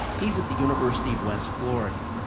he's at the university of west florida.